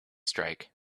strike